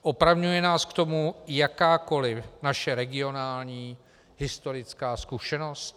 Opravňuje nás k tomu jakákoli naše regionální historická zkušenost?